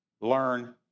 learn